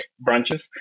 branches